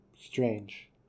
strange